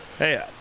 Hey